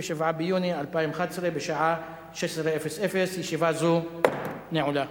27 ביוני 2011, בשעה 16:00. ישיבה זו נעולה.